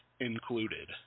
included